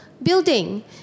Building